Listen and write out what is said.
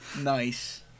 Nice